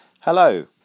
Hello